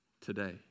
today